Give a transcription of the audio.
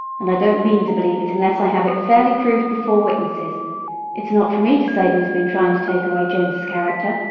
and i don't mean to believe it unless i have it fairly proved before witnesses it's not for me to say who has been trying to take away james' character,